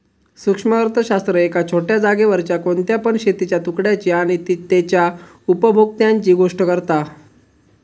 सूक्ष्म अर्थशास्त्र एका छोट्या जागेवरच्या कोणत्या पण शेतीच्या तुकड्याची आणि तेच्या उपभोक्त्यांची गोष्ट करता